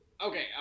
okay